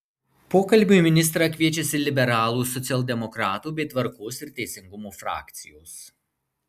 pokalbiui ministrą kviečiasi liberalų socialdemokratų bei tvarkos ir teisingumo frakcijos